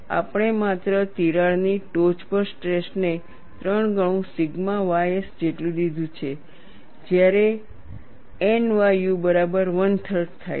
આપણે માત્ર તિરાડની ટોચ પર સ્ટ્રેસને 3 ગણું સિગ્મા ys જેટલું લીધું છે જ્યારે nyu બરાબર 13 થાય છે